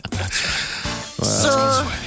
Sir